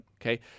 Okay